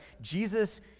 Jesus